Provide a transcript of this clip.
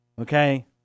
okay